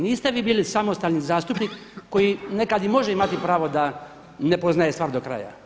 Niste vi bili samostalni zastupnik koji nekada može imati pravo da ne poznaje stvar do kraja.